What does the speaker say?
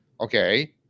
Okay